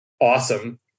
awesome